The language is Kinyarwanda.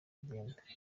kugenda